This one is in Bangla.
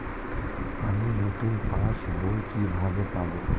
আমি নতুন পাস বই কিভাবে পাব?